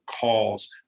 calls